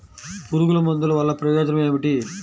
పురుగుల మందుల వల్ల ప్రయోజనం ఏమిటీ?